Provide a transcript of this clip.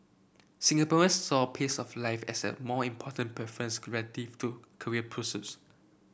Singaporeans saw pace of life as a more important preference creative to career pursuits